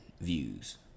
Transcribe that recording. views